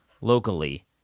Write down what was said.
locally